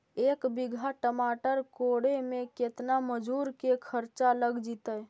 एक बिघा टमाटर कोड़े मे केतना मजुर के खर्चा लग जितै?